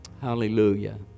Hallelujah